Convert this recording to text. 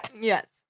Yes